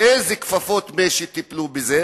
באיזה כפפות משי טיפלו בזה.